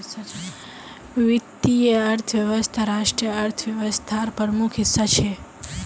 वीत्तिये अर्थवैवस्था राष्ट्रिय अर्थ्वैवास्थार प्रमुख हिस्सा छे